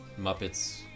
Muppets